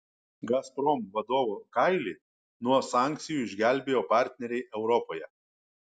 gazprom vadovo kailį nuo sankcijų išgelbėjo partneriai europoje